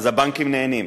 אז הבנקים נהנים,